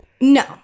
no